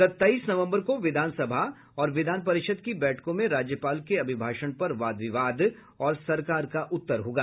सत्ताईस नवम्बर को विधानसभा और विधान परिषद की बैठकों में राज्यपाल के अभिभाषण पर वाद विवाद और सरकार का उत्तर होगा